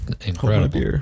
incredible